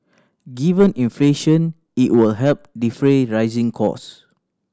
given inflation it will help defray rising cost